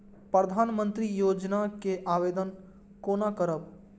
प्रधानमंत्री योजना के आवेदन कोना करब?